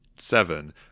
seven